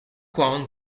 juan